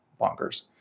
bonkers